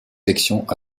sections